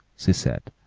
she said,